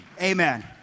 Amen